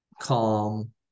calm